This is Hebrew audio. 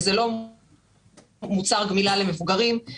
זה לא מוצר גמילה למבוגרים,